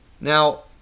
Now